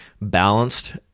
balanced